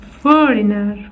foreigner